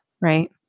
Right